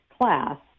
class